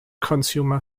consumer